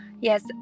yes